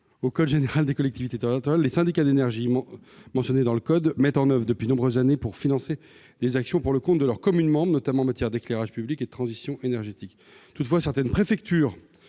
du code général des collectivités territoriales, que les syndicats d'énergie mentionnés dans le code mettent en oeuvre depuis de nombreuses années pour financer des actions pour le compte de leurs communes membres, notamment en matière d'éclairage public et de transition énergétique. Toutefois, certaines préfectures-